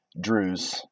Drew's